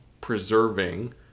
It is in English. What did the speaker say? preserving